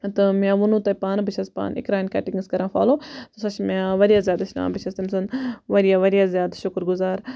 تہٕ مےٚ ووٚنو تۄہہِ پانہٕ بہٕ چھَس پانہٕ اِقرا کَٹِنٛگس کَران فالو سۄ چھِ مےٚ واریاہ زیاد ہیٚچھناوان بہٕ چھَس تٔمۍ سُنٛد واریاہ واریاہ زیاد شُکُر گُزار